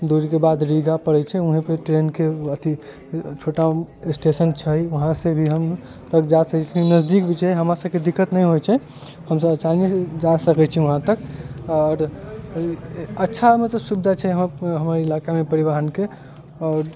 दूरी के बाद रीगा परै छै वही पे ट्रेन के अथी छोटा स्टेशन छै वहाँ से भी हम जा सकै छी नजदीक भी छै हमरा सबके दिक्कत नहि होइ छै हमसब आसानी से जा सकै छी वहाँ तक आओर अच्छा मतलब सुविधा छै हमरा इलाका मे परिवहन के